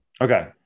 Okay